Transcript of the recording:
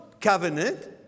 Covenant